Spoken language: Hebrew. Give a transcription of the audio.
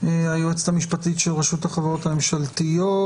היועצת המשפטית של רשות החברות הממשלתיות,